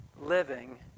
living